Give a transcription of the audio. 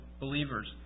believers